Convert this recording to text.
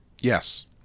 Yes